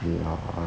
ya